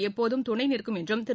எப்போதும் துணை நிற்கும் என்றும் திரு